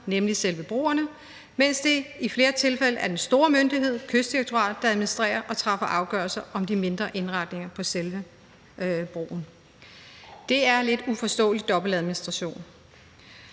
nemlig selve broerne, mens det i flere tilfælde er den store myndighed, Kystdirektoratet, der administrerer og træffer afgørelse om de mindre indretninger på selve broen. Det er lidt uforståelig dobbeltadministration.